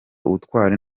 ubutwari